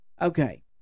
Okay